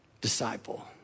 disciple